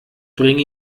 bringe